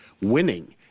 winning